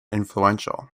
influential